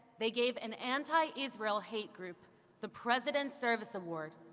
they gave an anti-israel hate group the president service award,